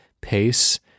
pace